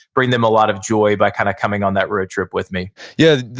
bring them a lot of joy by kind of coming on that road trip with me yeah,